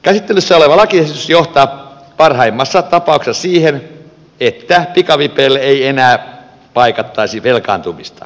käsittelyssä oleva lakiesitys johtaa parhaimmassa tapauksessa siihen että pikavipeillä ei enää paikattaisi velkaantumista